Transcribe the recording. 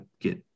get